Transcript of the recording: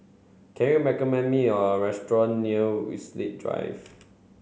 can you me a restaurant near Winstedt Drive